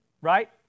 Right